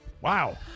Wow